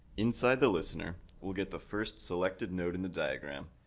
inside the listener, we'll get the first selected node in the diagram,